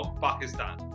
Pakistan